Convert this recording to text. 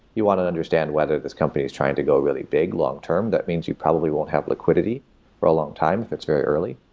you want to understand whether this company is trying to go really big long term. that means you probably won't have liquidity for a long time if it's very early.